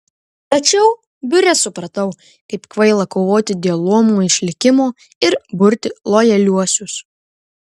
tačiau biure supratau kaip kvaila kovoti dėl luomų išlikimo ir burti lojaliuosius